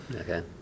Okay